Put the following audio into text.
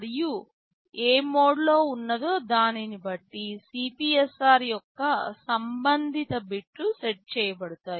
మరియు ఏ మోడ్లో ఉన్నదో దానిని బట్టి CPSR యొక్క సంబంధిత బిట్లు సెట్ చేయబడతాయి